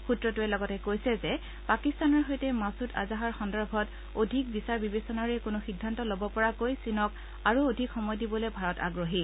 সূত্ৰটোৱে লগতে কৈছে যে পাকিস্তানৰ সৈতে মাছুদ আজহাৰ সন্দৰ্ভত অধিক বিচাৰ বিবেচনাৰে কোনো সিদ্ধান্ত ল'ব পৰাকৈ চীনক আৰু অধিক সময় দিবলৈ ভাৰত আগ্ৰহী